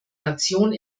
nation